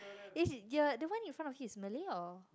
is the one in front of him is Malay or